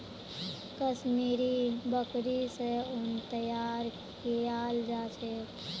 कश्मीरी बकरि स उन तैयार कियाल जा छेक